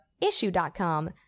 Issue.com